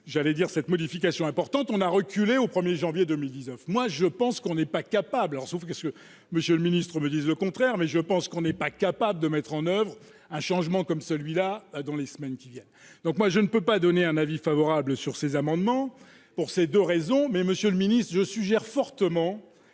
j'allais dire, cette modification importante, on a reculé au 1er janvier 2019 moi je pense qu'on est pas capable en souffrent, qu'est que Monsieur le ministre me disent le contraire, mais je pense qu'on est pas capable de mettre en oeuvre un changement comme celui-là dans les semaines qui viennent, donc moi je ne peux pas donner un avis favorable sur ces amendements pour ces 2 raisons, mais Monsieur le Ministre, je suggère fortement